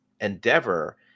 endeavor